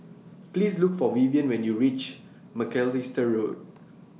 Please Look For Vivian when YOU REACH Macalister Road